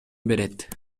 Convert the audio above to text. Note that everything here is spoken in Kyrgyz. берет